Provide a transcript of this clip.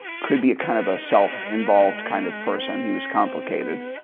could be a kind of a self-involved kind of person. he was complicated.